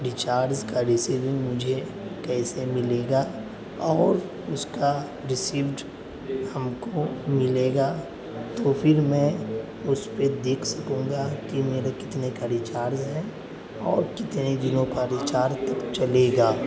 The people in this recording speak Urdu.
ریچارج کا ریسیوونگ مجھے کیسے ملے گا اور اس کا ریسیوڈ ہم کو ملے گا تو پھر میں اس پہ دیکھ سکوں گا کہ میرا کتنے کا ریچارج ہے اور کتنے دنوں کا ریچارج تک چلے گا